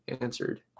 answered